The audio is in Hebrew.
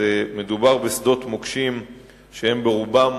מדובר בשדות מוקשים שהם ברובם